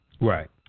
Right